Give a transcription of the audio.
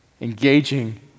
engaging